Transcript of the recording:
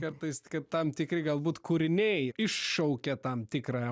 kartais kad tam tikri galbūt kūriniai iššaukia tam tikrą